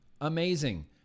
amazing